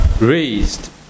raised